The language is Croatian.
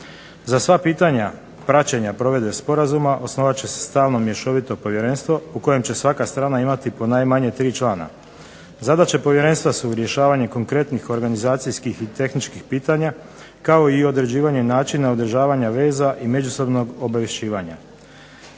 Za sva pitanja praćenja provedbe Sporazuma osnovat će se stalno mješovito povjerenstvo u kojem će svaka strana imati ponajmanje tri člana. Zadaće povjerenstva su rješavanje konkretnih organizacijskih i tehničkih pitanja kao i određivanje načina održavanja veza i međusobnog obavješćivanja.